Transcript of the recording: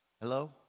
Hello